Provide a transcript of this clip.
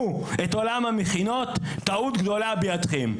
את עולם המכינות טעות גדולה בידיכם.